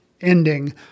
ending